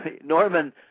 Norman